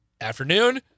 afternoon